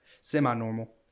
Semi-normal